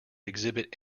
exhibit